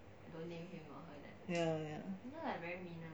ya ya